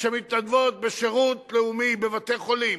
שמתנדבות בשירות לאומי בבתי-חולים,